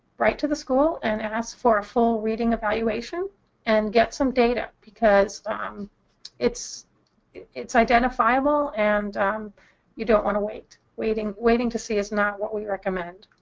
write to the school and ask for a full reading evaluation and get some data. because um it's it's identifiable, and you don't want to wait. wait. waiting to see is not what we recommend.